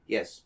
Yes